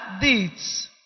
deeds